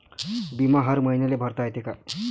बिमा हर मईन्याले भरता येते का?